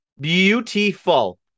Beautiful